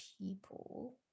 people